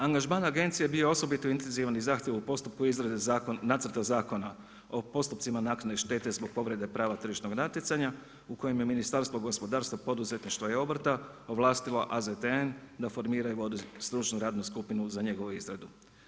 Angažman agencije je bio osobito intenzivan i zahtjevan u postupku izrade Nacrta zakona o postupcima naknade štete zbog povrede prava tržišnog natjecanja u kojem je Ministarstvo gospodarstva, poduzetništva i obrta ovlastilo AZTN da formiraju stručnu radnu skupinu za njegovu izradu.